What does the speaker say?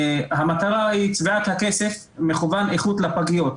המטרה היא צביעת הכסף מכוון איכות לפגיות.